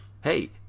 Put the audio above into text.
Hey